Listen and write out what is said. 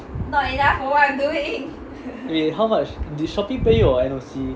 okay how much did Shopee pay you or N_O_C